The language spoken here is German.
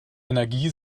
energie